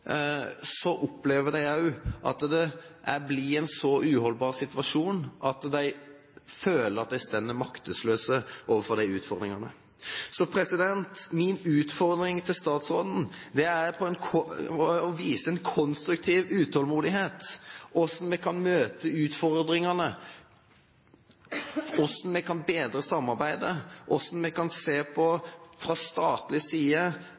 opplever de også at det blir en så uholdbar situasjon at de føler at de står maktesløse overfor utfordringene. Så min utfordring til statsråden er å vise en konstruktiv utålmodighet, hvordan vi kan møte utfordringene, hvordan vi kan bedre samarbeidet, og hvordan vi fra statlig side kan se på